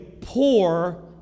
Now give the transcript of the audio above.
poor